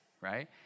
right